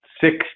six